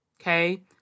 Okay